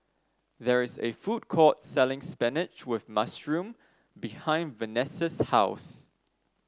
there is a food court selling spinach with mushroom behind Venessa's house